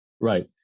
Right